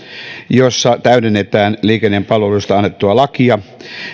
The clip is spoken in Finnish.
jossa täydennetään liikenteen palveluista annettua lakia